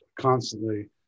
constantly